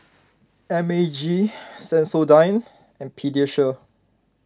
M A G Sensodyne and Pediasure